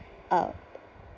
uh